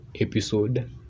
episode